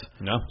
No